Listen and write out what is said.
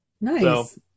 Nice